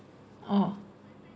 oh